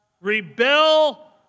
rebel